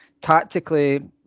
tactically